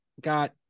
got